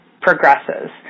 progresses